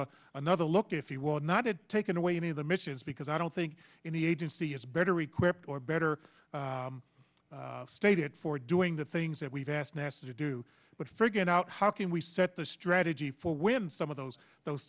a another look if you will not have taken away any of the missions because i don't think any agency is better equipped or better stated for doing the things that we've asked nasa to do but figuring out how can we set the strategy for when some of those those